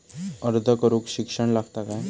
अर्ज करूक शिक्षण लागता काय?